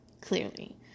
clearly